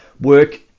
work